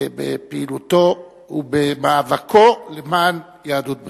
בפעילותו ומאבקו למען יהדות ברית-המועצות.